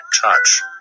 touch